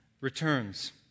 returns